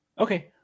Okay